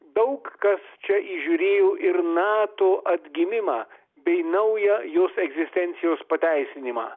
daug kas čia įžiūrėjo ir nato atgimimą bei naują jos egzistencijos pateisinimą